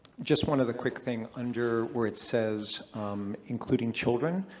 just one other quick thing. under where it says including children,